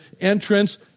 entrance